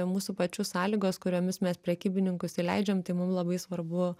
mūsų pačių sąlygos kuriomis mes prekybininkus įleidžiam tai mum labai svarbu